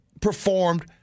performed